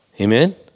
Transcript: Amen